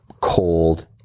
cold